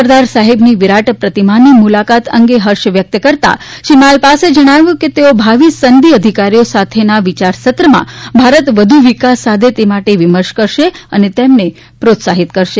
સરદાર સાહેબની વિરાટ પ્રતિમાની મુલાકાત અંગે હર્ષ વ્યક્ત કરતાં શ્રી માલપાસે જણાવ્યું કે તેઓ ભાવિ સનદી અધિકારીઓ સાથેના વિયારસત્રમાં ભારત વધુ વિકાસ સાધે એ માટે વિમર્શ કરશે અને તેમને પ્રોત્સાહિત કરશે